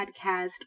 podcast